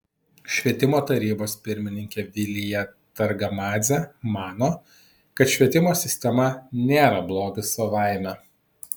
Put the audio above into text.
švietimo tarybos pirmininkė vilija targamadzė mano kad švietimo sistema nėra blogis savaime